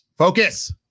Focus